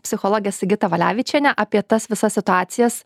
psichologe sigita valevičiene apie tas visas situacijas